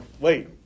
Wait